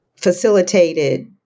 facilitated